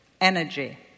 Energy